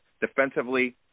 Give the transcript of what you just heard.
Defensively